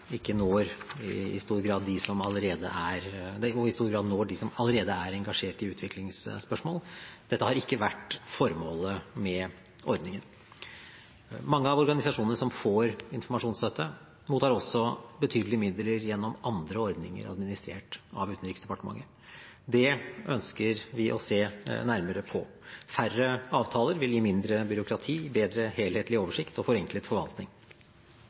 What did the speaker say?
og i stor grad når de som allerede er engasjert i utviklingsspørsmål. Dette har ikke vært formålet med ordningen. Mange av organisasjonene som får informasjonsstøtte, mottar også betydelige midler gjennom andre ordninger administrert av Utenriksdepartementet. Det ønsker vi å se nærmere på. Færre avtaler vil gi mindre byråkrati, bedre helhetlig oversikt og forenklet forvaltning.